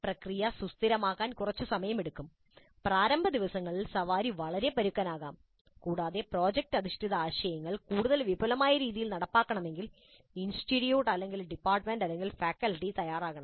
പ്രക്രിയ സുസ്ഥിരമാക്കാൻ കുറച്ച് സമയമെടുക്കും പ്രാരംഭ ദിവസങ്ങളിൽ സവാരി വളരെ പരുക്കൻ ആകാം കൂടാതെ പ്രോജക്ട് അധിഷ്ഠിത ആശയങ്ങൾ കൂടുതൽ വിപുലമായ രീതിയിൽ നടപ്പാക്കണമെങ്കിൽ ഇൻസ്റ്റിറ്റ്യൂട്ട് ഡിപ്പാർട്ട്മെന്റ് ഫാക്കൽറ്റി തയ്യാറാകണം